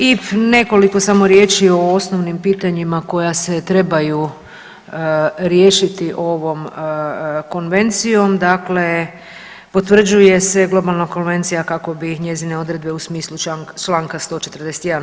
I nekoliko samo riječi o osnovnim pitanjima koja se trebaju riješiti ovom konvencijom, dakle potvrđuje se globalna konvencija kako bi njezine odredbe u smislu čl. 141.